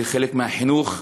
זה חלק מהחינוך,